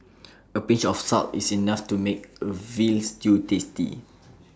A pinch of salt is enough to make A Veal Stew tasty